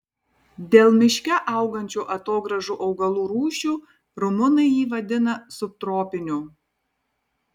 dėl miške augančių atogrąžų augalų rūšių rumunai jį vadina subtropiniu